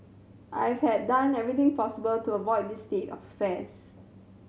I've had done everything possible to avoid this state of affairs